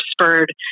spurred